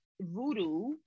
voodoo